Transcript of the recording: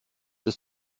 ist